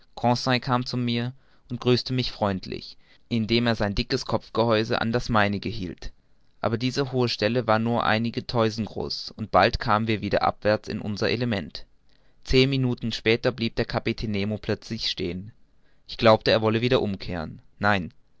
kam zu mir und grüßte mich freundlich indem er sein dickes kopfgehäuse an das meinige hielt aber diese hohe stelle war nur einige toisen groß und bald kamen wir wieder abwärts in unser element zehn minuten später blieb der kapitän nemo plötzlich stehen ich glaubte er wolle wieder umkehren nein